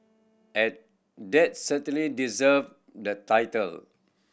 and that certainly deserve the title